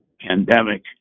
pandemic